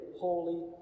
holy